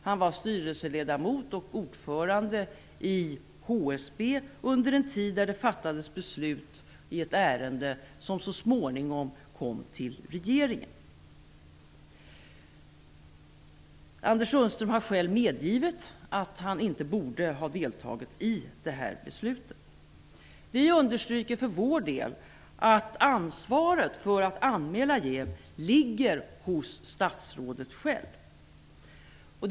Han var styrelseledamot och ordförande i HSB under en tid då det fattades beslut i ett ärende som så småningom kom till regeringen. Anders Sundström har själv medgivit att han inte borde ha deltagit i beslutet. Vi understryker för vår del att ansvaret för att anmäla jäv ligger hos statsrådet självt.